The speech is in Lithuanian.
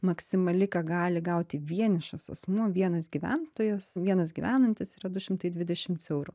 maksimali ką gali gauti vienišas asmuo vienas gyventojas vienas gyvenantis yra du šimtai dvidešims eurų